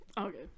Okay